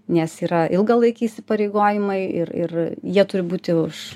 nes yra ilgalaikiai įsipareigojimai ir ir jie turi būti už